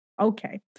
Okay